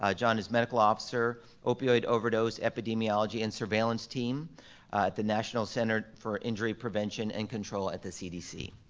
ah john is medical officer, opioid overdose, epidemiology, and surveillance team at the national center for injury prevention and control at the cdc.